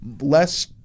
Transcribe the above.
less